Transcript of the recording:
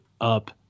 up